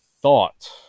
thought